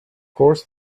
course